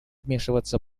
вмешиваться